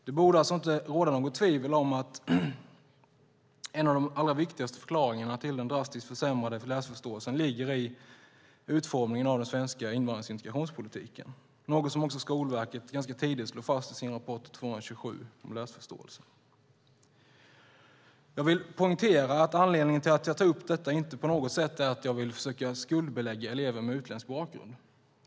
Det borde alltså inte råda något tvivel om att en av de allra viktigaste förklaringarna till den drastiskt försämrade läsförståelsen ligger i utformningen av den svenska invandrings och integrationspolitiken. Det är något som också Skolverket ganska tidigt slog fast i sin rapport 227 om läsförståelse. Jag vill poängtera att anledningen till att jag tar upp detta inte är att jag på något sätt vill försöka skuldbelägga eleverna med utländsk bakgrund.